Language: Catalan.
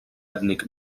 ètnic